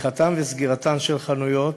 (פתיחתן וסגירתן של חנויות),